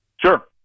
Sure